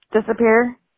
disappear